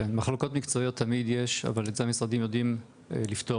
מחלוקות מקצועיות תמיד יש אבל את זה המשרדים יודעים לפתור.